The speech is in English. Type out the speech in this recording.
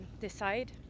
decide